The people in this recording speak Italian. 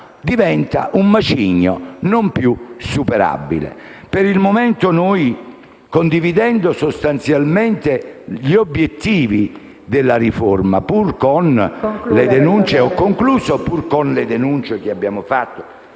diventa un macigno non più superabile. Per il momento noi, condividendo sostanzialmente gli obiettivi della riforma, pur con le denunce che abbiamo fatto